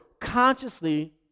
consciously